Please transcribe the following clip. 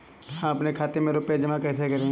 हम अपने खाते में रुपए जमा कैसे करें?